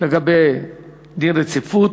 לגבי דין רציפות,